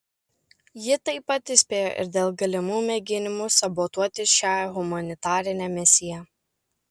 ji taip pat įspėjo ir dėl galimų mėginimų sabotuoti šią humanitarinę misiją